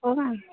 हो मॅम